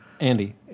Andy